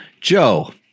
Joe